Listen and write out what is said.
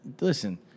Listen